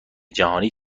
جهانی